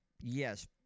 yes